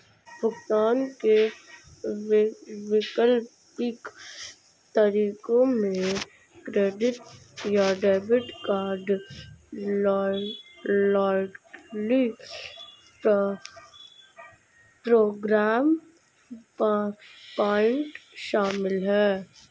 भुगतान के वैकल्पिक तरीकों में क्रेडिट या debit card, loyalty program point शामिल है